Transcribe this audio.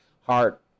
heart